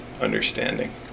understanding